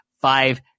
five